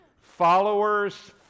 Followers